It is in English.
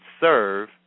serve